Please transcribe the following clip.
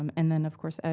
um and then of course, ah